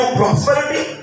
prosperity